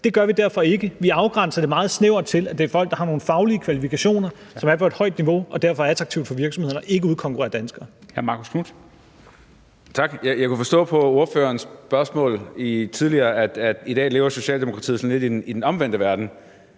Det gør vi derfor ikke. Vi afgrænser det meget snævert til, at det er folk, der har nogle faglige kvalifikationer, som er på et højt niveau, og derfor er attraktive for virksomhederne og ikke udkonkurrerer danskere.